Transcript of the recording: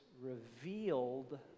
revealed